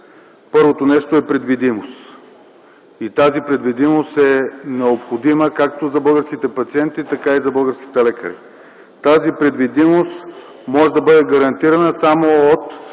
Първото нещо е предвидимост. Тя е необходима както за българските пациенти, така и за българските лекари. Тази предвидимост може да бъде гарантирана само от